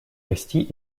расти